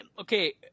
okay